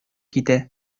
китә